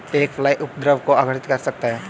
एक फ्लाई उपद्रव को आकर्षित कर सकता है?